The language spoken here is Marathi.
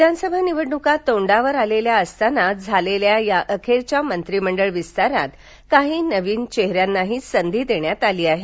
विधानसभा निवडणुका तोंडावर आलेल्या असताना झालेल्या या अखेरच्या मंत्रिमंडळ विस्तारात काही नव्या चेहऱ्यांनाही संधी देण्यात आली आहे